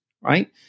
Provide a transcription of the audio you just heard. right